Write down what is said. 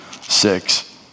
six